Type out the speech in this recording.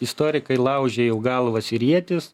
istorikai laužė jau galvas ir ietis